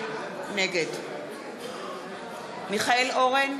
נגד מיכאל אורן,